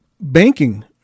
banking